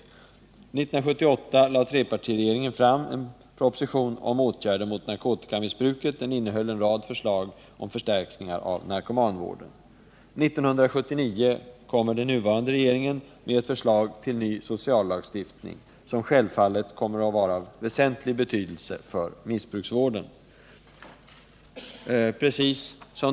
År 1978 lade trepartiregeringen fram en proposition om åtgärder mot narkotikamissbruket. Den innehöll en rad förslag om förstärkningar av narkomanvården. År 1979 kommer den nuvarande regeringen med ett förslag till ny sociallagstiftning som självfallet kommer att vara av väsentlig betydelse för missbruksvården.